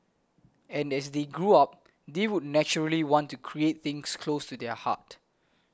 and as they grow up they would naturally want to create things close to their heart